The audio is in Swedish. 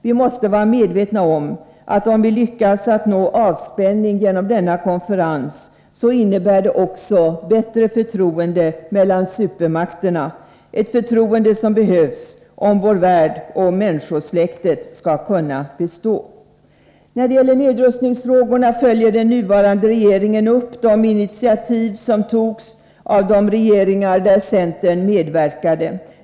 Vi måste vara medvetna om att om vi lyckas att nå avspänning genom denna konferens, innebär det också ökat förtroende mellan supermakterna, ett förtroende som behövs, om vår värld och människosläktet skall kunna bestå. Den nuvarande regeringen följer upp de initiativ som togs i nedrustningsfrågorna av de regeringar i vilka centern medverkade.